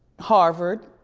harvard,